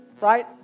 right